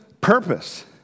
purpose